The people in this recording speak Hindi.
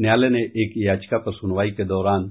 न्यायालय ने एक याचिका पर सुनवाई के दौरान